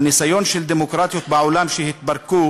הניסיון של דמוקרטיות בעולם שהתפרקו